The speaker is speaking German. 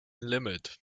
limit